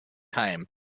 keinen